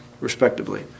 respectively